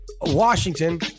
Washington